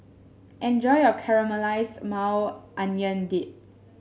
enjoy your Caramelized Maui Onion Dip